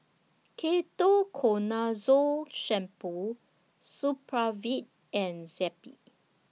Ketoconazole Shampoo Supravit and Zappy